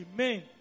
Amen